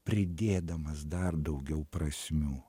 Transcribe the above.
pridėdamas dar daugiau prasmių